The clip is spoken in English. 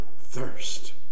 thirst